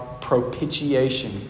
propitiation